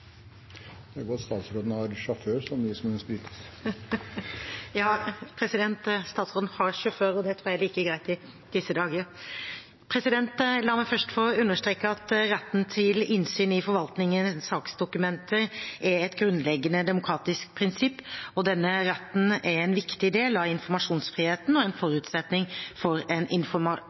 som det sprites. Statsråden har sjåfør, president, og det tror jeg er like greit i disse dager! La meg først få understreke at retten til innsyn i forvaltningens saksdokumenter er et grunnleggende demokratisk prinsipp. Denne retten er en viktig del av informasjonsfriheten og en forutsetning for en